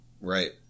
Right